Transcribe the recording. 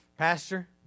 Pastor